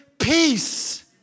peace